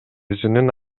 өзүнүн